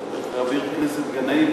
לחבר הכנסת גנאים,